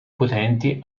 potenti